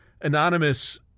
anonymous